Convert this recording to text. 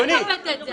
מאיפה הבאת את זה?